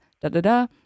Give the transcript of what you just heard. da-da-da